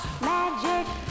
magic